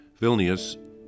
Vilnius